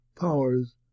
powers